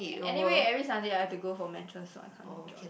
anyway every Sunday I have to go for matches so I can't join